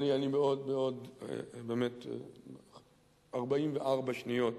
44 שניות.